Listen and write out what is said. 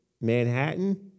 Manhattan